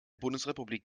bundesrepublik